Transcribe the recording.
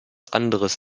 anderes